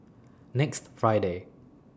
next Friday